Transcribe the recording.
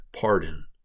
Pardon